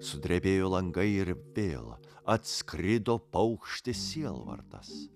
sudrebėjo langai ir vėl atskrido paukštis sielvartas